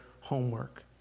homework